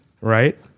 right